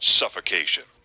suffocation